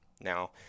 now